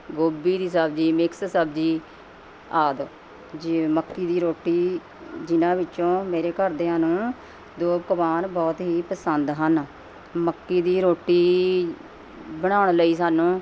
ਗੋਭੀ ਦੀ ਸਬਜ਼ੀ ਮਿਕਸ ਸਬਜ਼ੀ ਆਦਿ ਜਿਵੇਂ ਮੱਕੀ ਦੀ ਰੋਟੀ ਜਿਨ੍ਹਾਂ ਵਿੱਚੋਂ ਮੇਰੇ ਘਰਦਿਆਂ ਨੂੰ ਦੋ ਪਕਵਾਨ ਬਹੁਤ ਹੀ ਪਸੰਦ ਹਨ ਮੱਕੀ ਦੀ ਰੋਟੀ ਬਣਾਉਣ ਲਈ ਸਾਨੂੰ